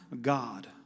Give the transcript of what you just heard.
God